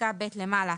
בפסקה (ב) למעלה.